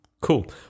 Cool